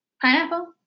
Pineapple